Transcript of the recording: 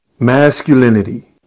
Masculinity